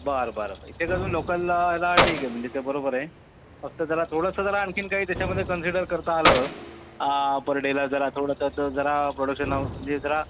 बर बरं इथेच अजून लोकलला ह्याला ठीक आहे म्हणजे ते बरोबर आहे फक्त जरा थोडंसं जरा आणखीन काही त्याच्यामध्ये कन्सिडर करता आलं पर डेला जरा थोडंसं तर जरा प्रॉडक्शन हाऊस म्हणजे जरा